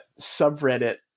subreddit